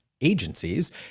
agencies